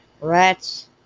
Rats